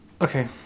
Okay